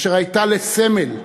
אשר הייתה לסמל,